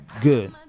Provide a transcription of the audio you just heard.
good